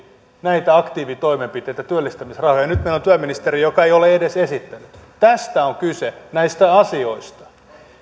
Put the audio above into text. näitä aktiivitoimenpiteitä työllistämisrahoja nyt meillä on työministeri joka ei ole edes esittänyt tästä on kyse näistä asioista